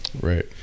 right